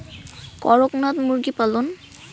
করকনাথ মুরগি পালন?